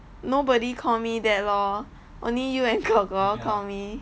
nobody call me that lor only you and korkor call me